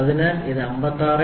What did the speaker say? അതിനാൽ ഇത് 56